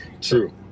True